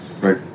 right